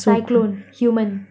cyclone human